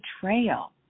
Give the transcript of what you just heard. betrayal